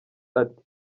ati